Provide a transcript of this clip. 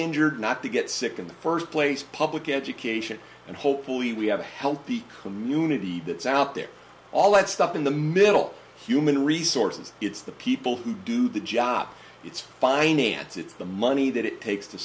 injured not to get sick in the first place public education and hopefully we have a healthy community that's out there all that stuff in the middle human resources it's the people who do the job it's finance it's the money that it takes to